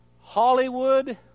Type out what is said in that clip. Hollywood